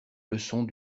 leçons